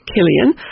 Killian